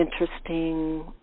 interesting